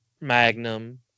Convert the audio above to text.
magnum